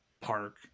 park